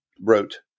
wrote